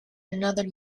another